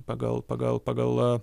pagal pagal pagal